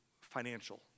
financial